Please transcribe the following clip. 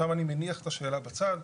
ששם אני מניח את השאלה בצד,